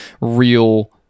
real